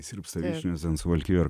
sirpsta vyšnios suvalkijoje ar